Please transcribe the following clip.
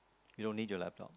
you don't need your laptop